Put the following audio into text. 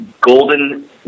golden